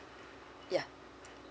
ya